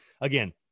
Again